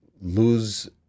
lose